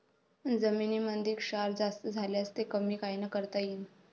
जमीनीमंदी क्षार जास्त झाल्यास ते कमी कायनं करता येईन?